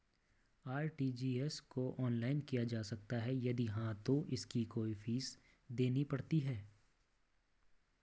RTGS को online किया जा सकता है यदि हाँ तो इसकी कोई फीस देनी पड़ती है?